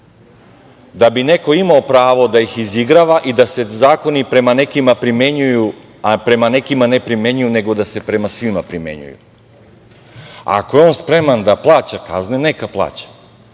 da bi neko imao pravo da ih izigrava i da se zakoni prema nekima primenjuju, a prema nekima ne primenjuju nego da se prema svima primenjuju. Ako je on spreman da plaća kazne, neka plaća.